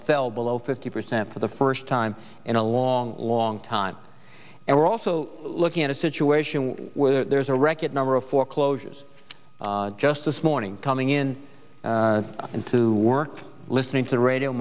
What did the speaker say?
fell below fifty percent for the first time in a long long time and we're also looking at a situation where there's a record number of foreclosures just this morning coming in into work listening to the radio